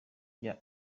rya